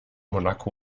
monaco